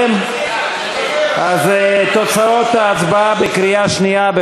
אז תוצאות ההצבעה בקריאה שנייה על